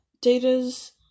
Data's